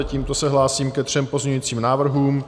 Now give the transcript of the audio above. Tímto se hlásím ke třem pozměňujícím návrhům.